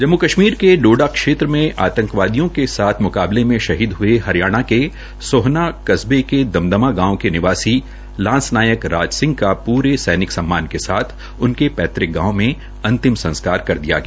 जम्मू कशमीर के डोडा क्षेत्र में आंतवादियों के साथ मुकाबले में शहीद हये हरियाणा के सोहाना कस्बे के दमदमा गांव के निवासी लांस नायक राजसिंह का प्रे सैनिक सम्मान के साथ उनके पैतृक गांव में अंतिम संस्कार कर दिया गया